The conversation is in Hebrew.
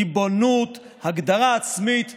ריבונות, הגדרה עצמית ושלום.